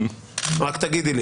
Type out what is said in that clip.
רק תגידי,